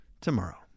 tomorrow